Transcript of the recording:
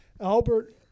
Albert